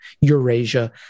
eurasia